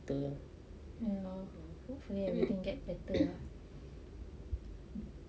ya hopefully everything get better